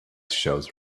shows